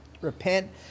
Repent